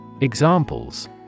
Examples